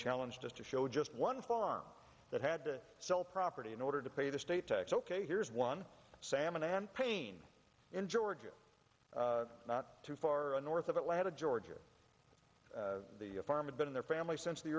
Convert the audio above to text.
challenged us to show just one farm that had to sell property in order to pay the state tax ok here's one salmon and pain in georgia not too far north of atlanta georgia the farm had been in their family since the